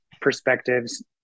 perspectives